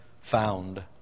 found